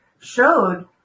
showed